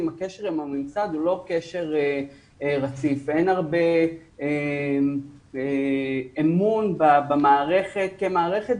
הקשר עם הממסד הוא לא קשר רציף ואין הרבה אמון במערכת כמערכת,